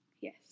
Yes